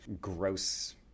gross